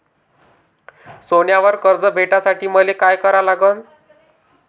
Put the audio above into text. सोन्यावर कर्ज भेटासाठी मले का करा लागन?